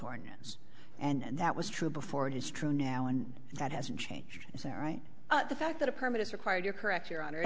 ordinance and that was true before it is true now and that hasn't changed is that right the fact that a permit is required you're correct your honor